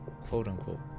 quote-unquote